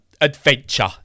adventure